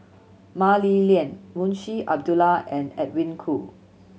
Mah Li Lian Munshi Abdullah and Edwin Koo